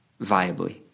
viably